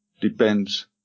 depends